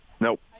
Nope